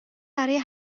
برای